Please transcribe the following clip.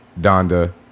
Donda